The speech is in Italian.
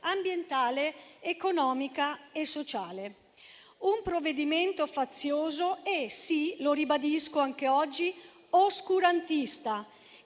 ambientale, economica e sociale. È un provvedimento fazioso e - sì, lo ribadisco anche oggi - oscurantista,